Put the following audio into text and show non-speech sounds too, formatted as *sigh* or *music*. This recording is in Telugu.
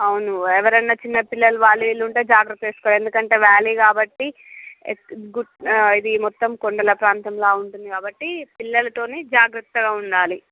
అవును ఎవరన్నా చిన్న పిల్లలు వాళ్ళు వీళ్ళు ఉంటే జాగ్రత్త చూసుకో ఎందుకంటే వ్యాలీ కాబట్టి ఇది *unintelligible* మొత్తం కొండల ప్రాంతంలా ఉంటుంది కాబట్టి పిల్లలతోని జాగ్రత్తగా ఉండాలి